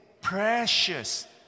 precious